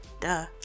Duh